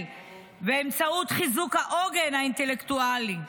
באמצעות חיזוק העוגן האינטלקטואלי.